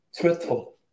truthful